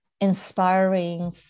inspiring